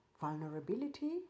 vulnerability